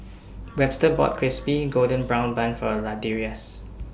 Webster bought Crispy Golden Brown Bun For Ladarius